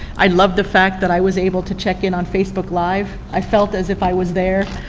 i loved the fact that i was able to check in on facebook live, i felt as if i was there,